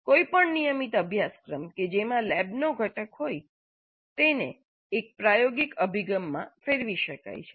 કોઈપણ નિયમિત અભ્યાસક્રમ કે જેમાં લેબનો ઘટક હોય તેને એક પ્રાયોગિક અભિગમમાં ફેરવી શકાય છે